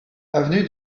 avenue